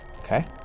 Okay